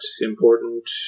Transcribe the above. important